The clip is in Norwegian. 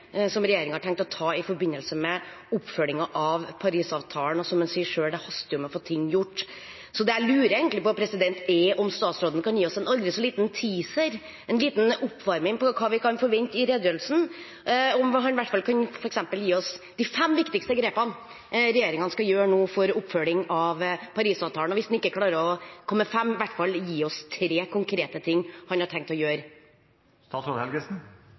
som regjeringen har tenkt å ta i forbindelse med oppfølgingen av Paris-avtalen. Som han sier selv: Det haster med å få ting gjort. Så det jeg egentlig lurer på, er om statsråden kan gi oss en aldri så liten teaser, en liten oppvarming på hva vi kan forvente i redegjørelsen. Kunne han i hvert fall f.eks. gi oss de fem viktigste grepene regjeringen skal gjøre nå for oppfølging av Paris-avtalen? Og hvis han ikke klarer å komme med fem, kan han i hvert fall gi oss tre konkrete ting han har tenkt å